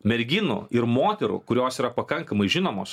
merginų ir moterų kurios yra pakankamai žinomos